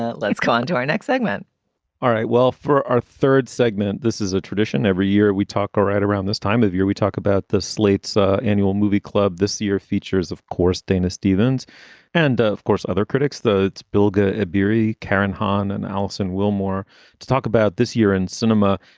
ah let's go on to our next segment all right. well, for our third segment, this is a tradition. every year we talk right around this time of year, we talk about the slate's ah annual movie club. this year features, of course, dana stevens and ah of course, other critics, though it's bilger berhe, karen hahn and alison wilmore to talk about this year in cinema.